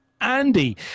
Andy